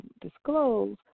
disclose